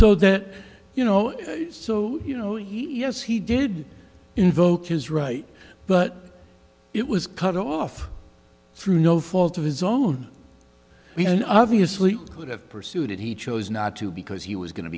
so that you know so you know yes he did invoked his right but it was cut off through no fault of his own he and obviously could have pursued and he chose not to because he was going to